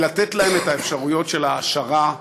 לתת להם את האפשרויות של ההעשרה,